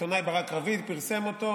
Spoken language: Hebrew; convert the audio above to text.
העיתונאי ברק רביד פרסם אותו,